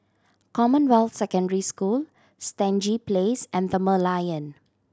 Commonwealth Secondary School Stangee Place and The Merlion